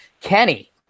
Kenny